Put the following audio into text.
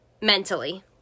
mentally